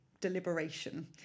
deliberation